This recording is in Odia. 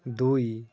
ଦୁଇ